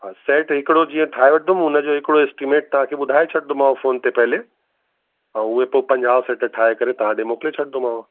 हा सैट हिकिड़ो जीअं ठाहे वठंदुमि हुनजो हिकिड़ो एसटिमेट तव्हांखे ॿुधाए छॾदोमाव फ़ोन ते पहिले ऐं उहे पोइ पंजाह सैट ठाहे करे तव्हां ॾिए मोकिले छॾिंदोमाव